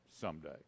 someday